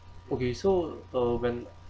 okay so uh when